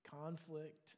conflict